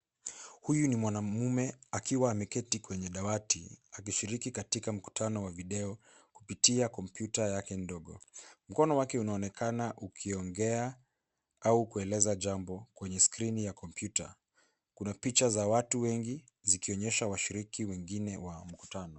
Huyu ni mwanamume, akiwa ameketi kwenye dawati, akishiriki katika mkutano wa video, kupitia kompyuta yake ndogo . Mkono wake unaonekana ukiongea, au kueleza jambo, kwenye skrini ya kompyuta. Kuna picha za watu wengi, zikionyesha washiriki wengine wa mkutano.